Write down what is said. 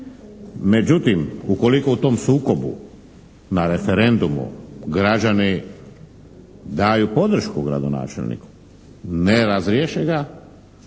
Međutim, ukoliko u tom sukobu na referendumu građani daju podršku gradonačelniku, ne razriješe ga,